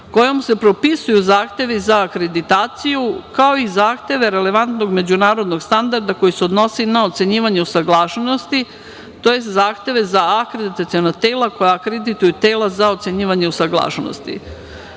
kojom se propisuju zahtevi za akreditaciju, kao i zahtev relevantnog međunarodnog standarda koji se odnose i na ocenjivanje usaglašenosti, tj. zahteve za akreditaciona tela koja akredituju tela za ocenjivanje usaglašenosti. Budući